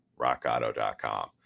rockauto.com